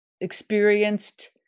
experienced